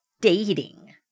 dating